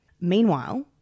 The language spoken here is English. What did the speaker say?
Meanwhile